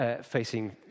facing